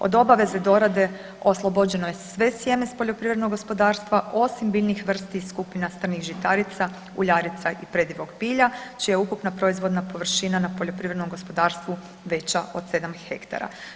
Od obaveze dorade oslobođeno je sve sjeme s poljoprivrednog gospodarstva, osim biljnih vrsti iz skupina strnih žitarica, uljarica i predivog bilja, čija je ukupna proizvodna površina na poljoprivrednom gospodarstvu veća od 7 hektara.